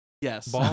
yes